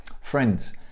Friends